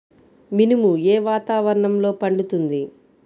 మినుము ఏ వాతావరణంలో పండుతుంది?